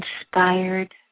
inspired